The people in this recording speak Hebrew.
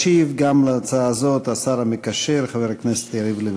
ישיב גם על ההצעה הזאת השר המקשר חבר הכנסת יריב לוין.